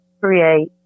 create